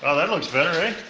ah that looks better, ah?